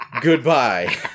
goodbye